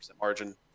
margin